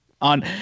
on